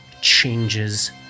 changes